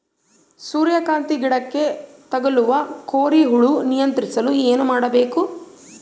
ಸೂರ್ಯಕಾಂತಿ ಗಿಡಕ್ಕೆ ತಗುಲುವ ಕೋರಿ ಹುಳು ನಿಯಂತ್ರಿಸಲು ಏನು ಮಾಡಬೇಕು?